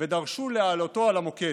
ודרשו להעלותו על המוקד,